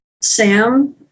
Sam